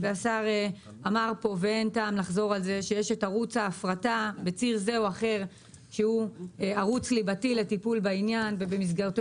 יש את ערוץ ההפרטה שהוא ערוץ ליבתי ובמסגרתו